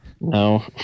No